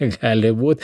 gali būt